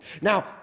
Now